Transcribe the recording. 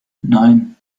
nein